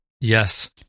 Yes